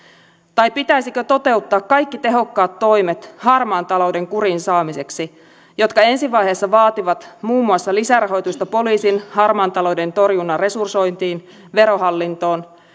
tai pitäisikö toteuttaa kaikki tehokkaat toimet harmaan talouden kuriin saamiseksi jotka ensivaiheessa vaativat muun muassa lisärahoitusta poliisin harmaan talouden torjunnan resursointiin verohallintoon